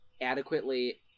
adequately